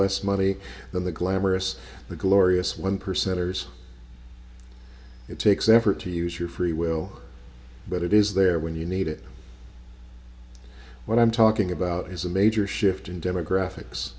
less money than the glamorous the glorious one percenters it takes effort to use your free will but it is there when you need it what i'm talking about is a major shift in demographics